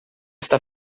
está